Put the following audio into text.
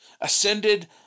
ascended